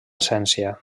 essència